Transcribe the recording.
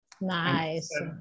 Nice